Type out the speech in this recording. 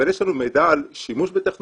אבל יש לנו מידע על שימוש בטכנולוגיות